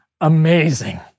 amazing